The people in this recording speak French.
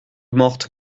morte